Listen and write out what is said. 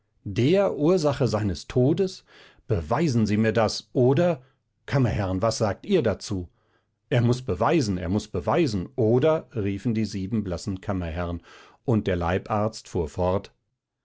der ursache seines todes beweisen sie mir das oder kammerherrn was sagt ihr dazu er muß beweisen er muß beweisen oder riefen die sieben blassen kammerherrn und der leibarzt fuhr fort